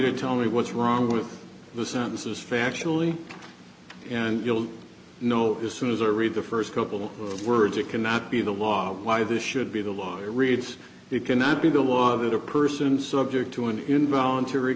to tell me what's wrong with the sentences factually and you'll know as soon as i read the first couple of words it cannot be the law why this should be the law it reads it cannot be the law that a person subject to an involuntary